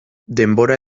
denbora